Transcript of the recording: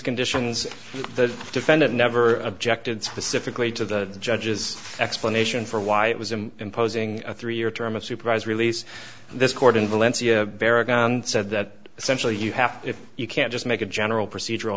conditions the defendant never objected specifically to the judge's explanation for why it was him imposing a three year term of supervised release this court in valencia said that essentially you have if you can't just make a general procedural